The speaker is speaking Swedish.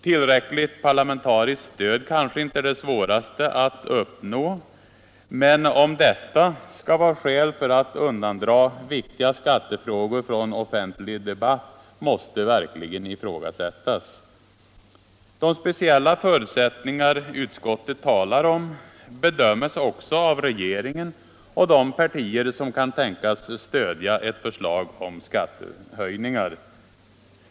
Tillräckligt parlamentariskt stöd kanske inte är det svåraste att uppnå, men om detta skall vara skäl för att undandra viktiga skattefrågor från offentlig debatt måste verkligen ifrågasättas. De speciella förutsättningar utskottet talar om bedöms också av regeringen och de partier som kan tänkas stödja ett förslag om skattehöjningar.